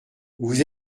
vous